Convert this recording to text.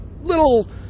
Little